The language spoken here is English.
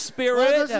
Spirit